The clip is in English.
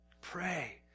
pray